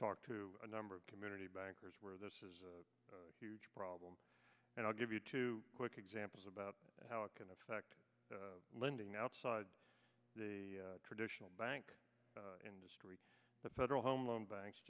talked to a number of community bankers where there's a huge problem and i'll give you two quick examples about how it can affect lending outside the traditional banking industry the federal home loan banks